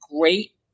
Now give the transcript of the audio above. great